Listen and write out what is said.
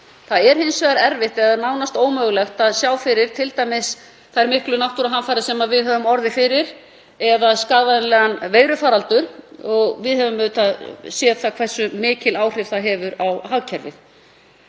Það er hins vegar erfitt eða nánast ómögulegt að sjá fyrir t.d. þær miklu náttúruhamfarir sem við höfum orðið fyrir eða skaðvænlegan veirufaraldur og við höfum auðvitað séð hversu mikil áhrif það hefur á hagkerfið.